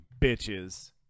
bitches